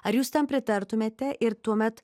ar jūs tam pritartumėte ir tuomet